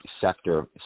sector